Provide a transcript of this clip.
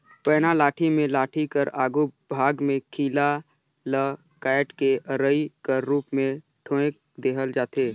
पैना लाठी मे लाठी कर आघु भाग मे खीला ल काएट के अरई कर रूप मे ठोएक देहल जाथे